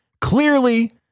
clearly